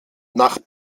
nach